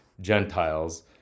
gentiles